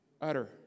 Utter